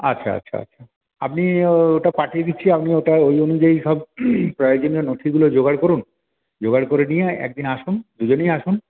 আচ্ছা আচ্ছা আচ্ছা আপনি ওটা পাঠিয়ে দিচ্ছি আপনি ওই অনুযায়ী সব প্রয়োজনীয় নথিগুলো যোগাড় করুন যোগাড় করে নিয়ে একদিন আসুন দুজনেই আসুন